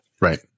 right